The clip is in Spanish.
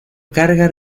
carga